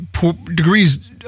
degrees